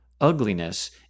ugliness